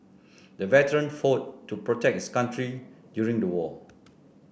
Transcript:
the veteran fought to protect his country during the war